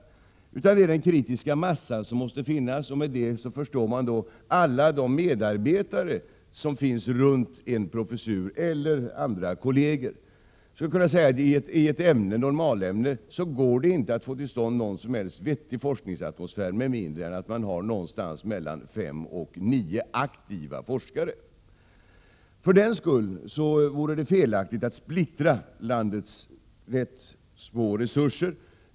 Det är i stället den kritiska massan som måste finnas, dvs. alla de medarbetare eller andra kolleger som finns runt en professur. Jag skulle kunna säga att det i ett normalämne inte går att få till stånd någon som helst vettig forskningsatmosfär med mindre än att man har 5-10 aktiva forskare. För den skull vore det felaktigt att splittra landets ganska små resurser.